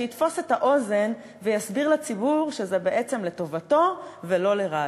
שיתפוס את האוזן ויסביר לציבור שזה בעצם לטובתו ולא לרעתו.